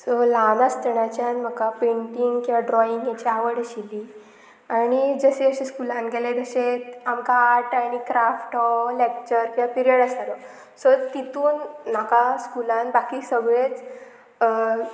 so ल्हान आसतनाच्यान म्हाका पेंटींग किंवां ड्रॉइंग हेची आवड आशिल्ली आणी जशें अशें स्कुलान गेले तशेंच आमकां आर्ट आनी क्राफ्ट हो लॅक्चर किंवां पिरयड आसतालो सो तितून म्हाका स्कुलान बाकी सगळेच